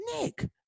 Nick